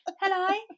hello